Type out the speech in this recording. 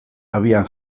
abian